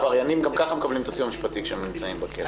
העבריינים גם ככה מקבלים את הסיוע המשפטי כשהם נמצאים בכלא.